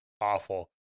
awful